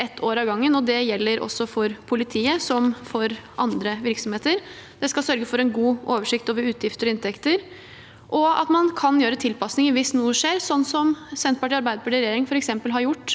for ett år av gangen, og det gjelder for politiet som for andre virksomheter. Det skal sørge for en god oversikt over utgifter og inntekter, og at man kan gjøre tilpasninger hvis noe skjer, som Senterpartiet og